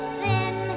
thin